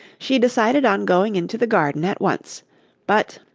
she decided on going into the garden at once but,